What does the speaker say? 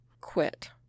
quit